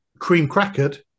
Cream-crackered